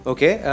Okay